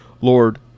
Lord